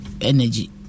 energy